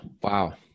Wow